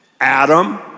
Adam